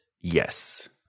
Yes